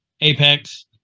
Apex